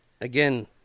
Again